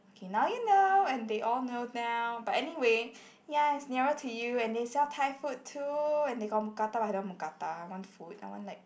okay now you know and they all know now but anyway ya it's nearer to you and they sell Thai food too and they got Mookata I love Mookata I want food I want like